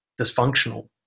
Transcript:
dysfunctional